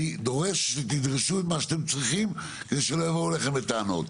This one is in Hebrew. אני דורש שתדרשו את מה שאתם צריכים כדי שלא יבואו אליכם בטענות.